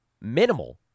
minimal